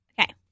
Okay